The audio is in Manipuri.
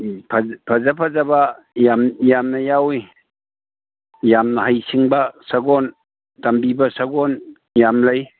ꯎꯝ ꯐꯖ ꯐꯖꯕ ꯌꯥꯝ ꯌꯥꯝꯅ ꯌꯥꯎꯏ ꯌꯥꯝꯅ ꯍꯩꯁꯤꯡꯕ ꯁꯒꯣꯜ ꯇꯃꯕꯤꯕ ꯁꯒꯣꯜ ꯌꯥꯝ ꯂꯩ